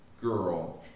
girl